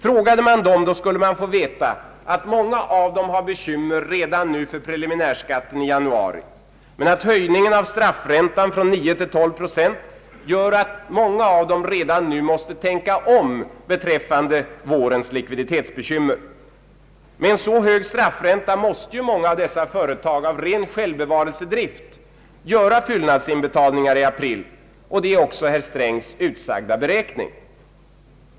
Frågade man dem skulle man få veta att många av dem har bekymmer för preliminärskatten nu i januari, men att höjningen av straffräntan från 9 till 12 procent gör att många redan nu måste tänka om inför vårens likviditetsbekymmer. Med en så hög straffränta måste många av dessa företag av ren självbevarelsedrift göra fyllnadsinbetalningar i april — det är också herr Strängs utsagda beräkning.